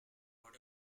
what